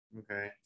Okay